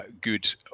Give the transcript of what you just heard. good